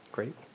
Great